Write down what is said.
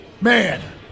man